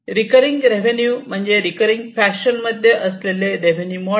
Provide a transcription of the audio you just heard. recurring revenue म्हणजे recurring fashion मध्ये असलेले रेवेन्यू मोडेल